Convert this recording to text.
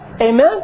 Amen